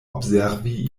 observi